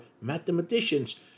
mathematicians